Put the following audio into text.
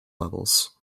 levels